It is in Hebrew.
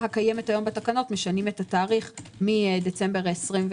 הקיימת היום בתקנות אנחנו משנים את התאריך מדצמבר 21'